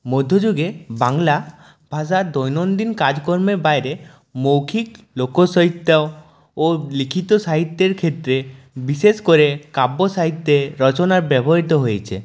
মধ্যযুগে বাংলা ভাষা দৈনন্দিন কাজকর্মের বাইরে মৌখিক লোকসাহিত্য ও লিখিত সাহিত্যের ক্ষেত্রে বিশেষ করে কাব্য সাহিত্যে রচনার ব্যবহৃত হয়েছে